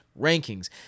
rankings